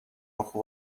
اخه